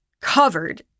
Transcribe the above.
covered